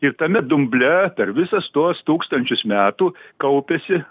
ir tame dumble per visas tuos tūkstančius metų kaupėsi